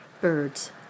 birds